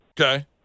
Okay